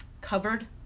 covered